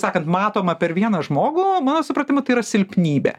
sakant matoma per vieną žmogų mano supratimu tai yra silpnybė